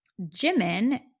Jimin